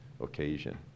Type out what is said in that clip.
occasion